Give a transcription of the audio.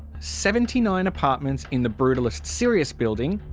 seventy nine apartments in the brutalist sirius building,